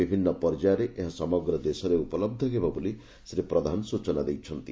ବିଭିନୁ ପର୍ଯ୍ୟାୟରେ ଏହା ସମଗ୍ ଦେଶରେ ଉପଲଛ ହେବ ବୋଲି ଶ୍ରୀ ପ୍ରଧାନ ସ୍ଚନା ଦେଇଛନ୍ତି